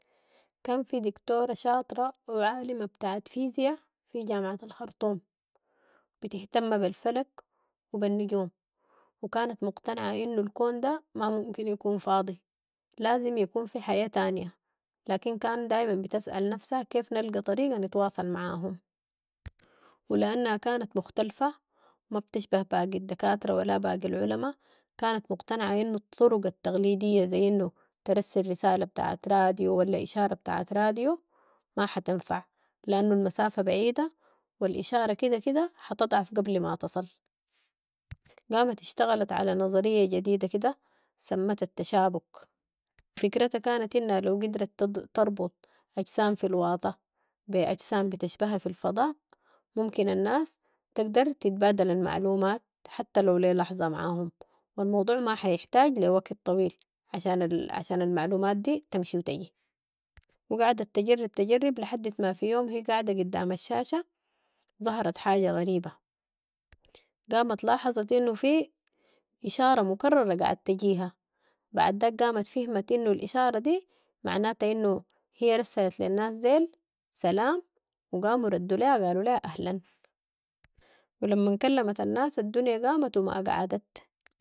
كان في دكتورة شاطرة وعالمة بتاعت فيزياء في جامعة الخرطوم. بتهتم بالفلك وبالنجوم وكانت مقتنعة إنو الكون ده ما ممكن يكون فاضي. لازم يكون في حياة تانية. لكن كان دايما بتسأل نفسها كيف نلقى طريقة نتواصل معاهم، ولأنها كانت مختلفة مابتشبه باقي الدكاترة ولا باقي العلما، كانت مقتنعة إنو الطرق التقليدية زي إنو ترسل رسالة بتاعت راديو ولا إشارة بتاعت راديو ما حتنفع، لأن المسافة بعيدة والإشارة كده كده حتضعف قبل ما تصل. قامت اشتغلت على نظرية جديدة كده سمتها التشابك فكرة كانت إنها لو قدرت - تربط أجسام في الواطة بأجسام بتشبهها في الفضاء ممكن الناس تقدر تتبادل المعلومات حتى لو لي لحظة معاهم والموضوع ما حيحتاج لوكت طويل عشان - عشان المعلومات دي تمشي و تجي، وقعدت تجرب تجرب لحد ما في يوم هي قعدة قدام الشاشة ظهرت حاجة غريبة، قامت لاحظت انو في اشارة مكررة قعدت تجيها بعد ذاك قامت فهمت انو الاشارة دي معناتو انو هي رسلت للناس دي سلام وقاموا ردوا ليها قالوا ليها اهلا ولما كلمت الناس الدنيا قامت وما قعدت.